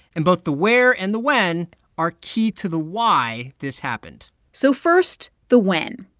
and both the where and the when are key to the why this happened so first, the when.